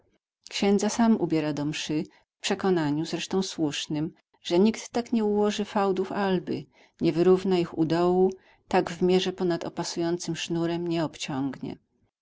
księdza sam ubiera do mszy w przekonaniu zresztą słusznem że nikt tak nie ułoży fałdów alby nie wyrówna ich u dołu tak w mierze ponad opasującym sznurem nie obciągnie